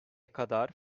kadar